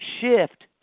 shift